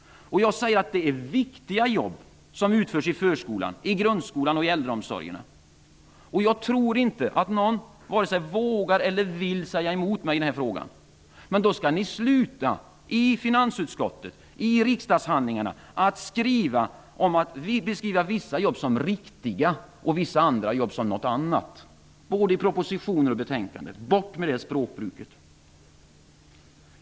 Det är viktiga jobb som utförs inom förskolan, grundskolan och äldreomsorgen. Jag tror inte att någon vare sig vågar eller vill säga emot mig i den här frågan. Därför skall ni i finansutskottet sluta med att i riksdagshandlingarna benämna vissa jobb som riktiga och vissa andra jobb som något annat. Det här språkbruket skall bort från både propositioner och betänkanden. Herr talman!